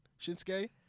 Shinsuke